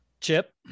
Chip